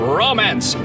romance